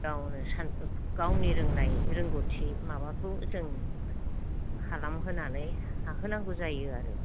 गावनो गावनि रोंनाय रोंगौथि माबाखौ जों खालामहोनानै थाहोनांगौ जायो आरो